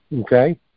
okay